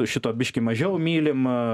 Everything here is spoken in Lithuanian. šito biškį mažiau mylim